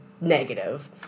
negative